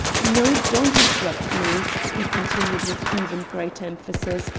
no, don't interrupt me, he continued with even greater emphasis,